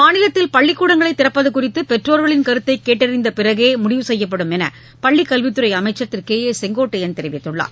மாநிலத்தில் பள்ளிக்கூடங்களை திறப்பது குறித்து பெற்றோர்களின் கருத்தை கேட்டறிந்த பிறகே இதுகுறித்து முடிவு செய்யப்படும் என பள்ளிக் கல்வித் துறை அமைச்சர் திரு கே ஏ செங்கோட்டையன் தெரிவித்துள்ளார்